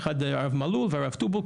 הרב מלול והרב טובול,